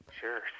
Sure